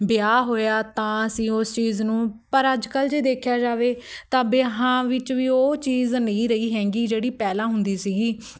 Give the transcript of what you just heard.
ਵਿਆਹ ਹੋਇਆ ਤਾਂ ਅਸੀਂ ਉਸ ਚੀਜ਼ ਨੂੰ ਪਰ ਅੱਜ ਕੱਲ੍ਹ ਜੇ ਦੇਖਿਆ ਜਾਵੇ ਤਾਂ ਵਿਆਹਾਂ ਵਿੱਚ ਵੀ ਉਹ ਚੀਜ਼ ਨਹੀਂ ਰਹੀ ਹੈਗੀ ਜਿਹੜੀ ਪਹਿਲਾਂ ਹੁੰਦੀ ਸੀਗੀ